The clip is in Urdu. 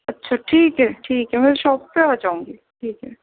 اچھا ٹھیک ہے ٹھیک ہے میں شاپ پہ آ جاؤں گی ٹھیک ہے